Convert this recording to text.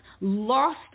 lost